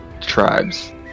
tribes